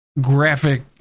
graphic